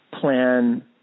plan